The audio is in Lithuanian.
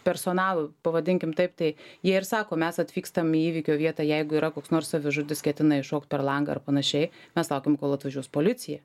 personalu pavadinkim taip tai jie ir sako mes atvykstam į įvykio vietą jeigu yra koks nors savižudis ketina jis šokt per langą ar panašiai mes laukiam kol atvažiuos policija